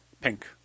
Pink